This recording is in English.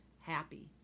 happy